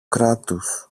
κράτους